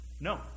No